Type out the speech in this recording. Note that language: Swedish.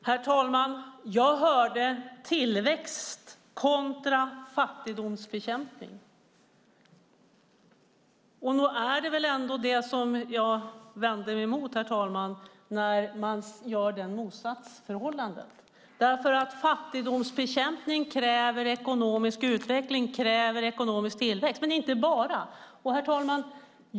Herr talman! Jag hörde "tillväxt kontra fattigdomsbekämpning". Det är det motsatsförhållandet jag vänder mig emot. Fattigdomsbekämpning kräver nämligen ekonomisk utveckling och tillväxt - men inte bara.